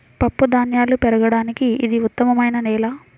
పప్పుధాన్యాలు పెరగడానికి ఇది ఉత్తమమైన నేల